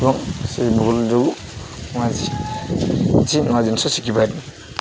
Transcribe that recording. ଏବଂ ସେଇ ଭୁଲ୍ ଯୋଗୁ କିଛି ନୂଆ ଜିନିଷ ଶିଖିପାରିଲି